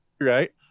Right